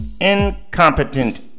Incompetent